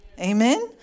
Amen